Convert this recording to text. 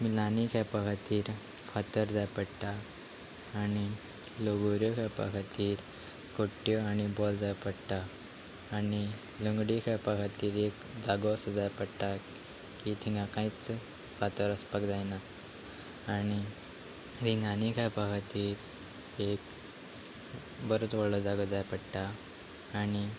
मिलांनी खेळपा खातीर फातर जाय पडटा आनी लगोऱ्यो खेळपा खातीर कोट्ट्यो आनी बॉल जाय पडटा आनी लंगडी खेळपा खातीर एक जागो असो जाय पडटा की थिंगा कांयच फातर आसपाक जायना आनी रिंगांनी खेळपा खातीर एक बरोच व्हडलो जागो जाय पडटा आनी